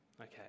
Okay